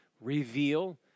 reveal